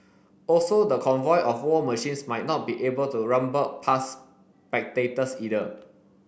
also the convoy of war machines might not be able to rumble past spectators either